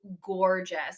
Gorgeous